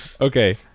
Okay